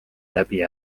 läbi